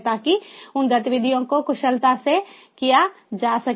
ताकि उन गतिविधियों को कुशलता से किया जा सके